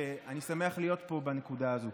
ואני שמח להיות פה בנקודה הזו.